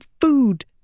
food